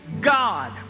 God